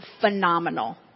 phenomenal